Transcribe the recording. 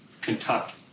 Kentucky